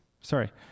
Sorry